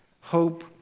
hope